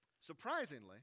surprisingly